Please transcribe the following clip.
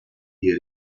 die